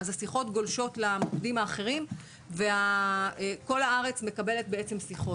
אז השיחות גולשות למוקדים אחרים וכל הארץ ממשיכה לקבל את השיחות.